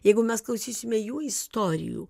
jeigu mes klausysime jų istorijų